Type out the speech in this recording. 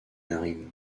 narines